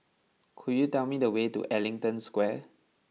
could you tell me the way to Ellington Square